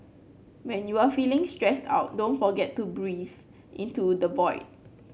when you are feeling stressed out don't forget to breathe into the void